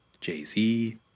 Jay-Z